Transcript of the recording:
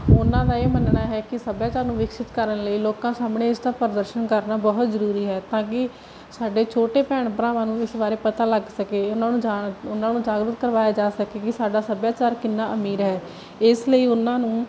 ਉਹਨਾਂ ਦਾ ਇਹ ਮੰਨਣਾ ਹੈ ਕਿ ਸੱਭਿਆਚਾਰ ਨੂੰ ਵਿਕਸਿਤ ਕਰਨ ਲਈ ਲੋਕਾਂ ਸਾਹਮਣੇ ਇਸ ਦਾ ਪ੍ਰਦਰਸ਼ਨ ਕਰਨਾ ਬਹੁਤ ਜ਼ਰੂਰੀ ਹੈ ਤਾਂ ਕਿ ਸਾਡੇ ਛੋਟੇ ਭੈਣ ਭਰਾਵਾਂ ਨੂੰ ਇਸ ਬਾਰੇ ਪਤਾ ਲੱਗ ਸਕੇ ਉਹਨਾਂ ਨੂੰ ਜਾ ਉਹਨਾਂ ਨੂੰ ਜਾਗਰੂਕ ਕਰਵਾਇਆ ਜਾ ਸਕੇ ਕਿ ਸਾਡਾ ਸੱਭਿਆਚਾਰ ਕਿੰਨਾ ਅਮੀਰ ਹੈ ਇਸ ਲਈ ਉਹਨਾਂ ਨੂੰ